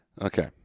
Okay